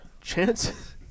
Chances